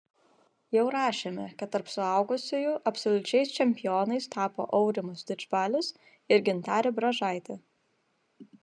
jau rašėme kad tarp suaugusiųjų absoliučiais čempionais tapo aurimas didžbalis ir gintarė bražaitė